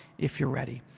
if you're ready.